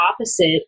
opposite